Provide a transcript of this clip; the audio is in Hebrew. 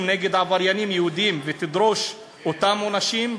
נגד עבריינים יהודים וידרשו אותם עונשים?